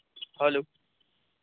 hello